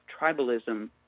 tribalism